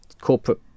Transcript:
corporate